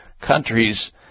countries